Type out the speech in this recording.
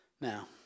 Now